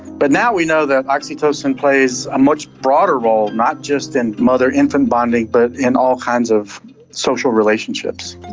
but now we know that oxytocin plays a much broader role, not just in mother-infant bonding but in all kinds of social relationships.